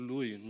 Lui